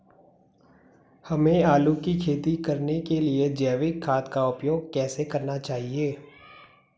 हमें आलू की खेती करने के लिए जैविक खाद का उपयोग कैसे करना चाहिए?